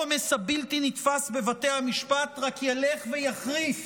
העומס הבלתי-נתפס בבתי המשפט רק ילך ויחריף